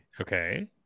Okay